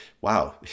wow